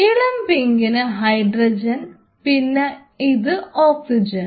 ഇളം പിങ്കിന് ഹൈഡ്രജൻ പിന്നെ ഇത് ഓക്സിജൻ